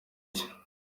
nshya